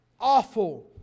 awful